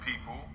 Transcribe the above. people